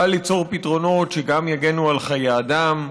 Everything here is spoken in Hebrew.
קל ליצור פתרונות שגם יגנו על חיי אדם,